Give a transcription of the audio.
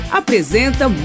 apresenta